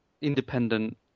independent